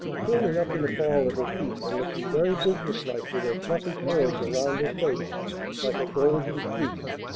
curling up in a ball at her feet and looking very business-like with her fluffy curls around her face like a golden fleece.